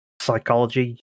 psychology